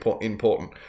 important